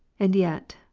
and yet,